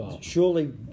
surely